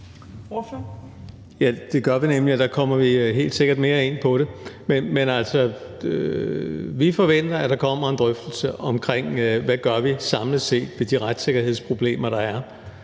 Det gør vi nemlig, og der kommer vi helt sikkert mere ind på det. Men altså, vi forventer, at der kommer en drøftelse om, hvad vi gør samlet set ved de retssikkerhedsproblemer, der er,